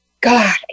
God